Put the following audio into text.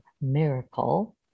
miracle